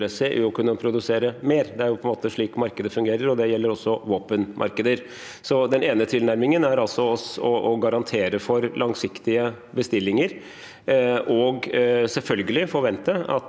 å kunne produsere mer. Det er slik markeder fungerer, og det gjelder også våpenmarkeder. Den ene tilnærmingen er altså å garantere for langsiktige bestillinger og selvfølgelig forvente at